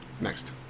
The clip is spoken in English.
Next